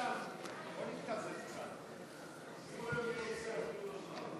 סעיף תקציבי 13,